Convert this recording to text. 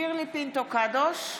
שירלי פינטו קדוש,